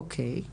אוקיי.